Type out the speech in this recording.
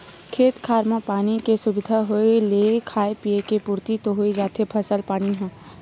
खेत खार म पानी के सुबिधा होय ले खाय पींए के पुरति तो होइ जाथे फसल पानी ह